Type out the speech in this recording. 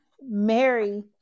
Mary